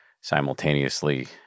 simultaneously